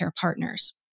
partners